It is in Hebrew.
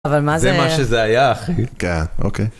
אבל מה זה? -זה מה שזה היה, אחי. כן, אוקיי.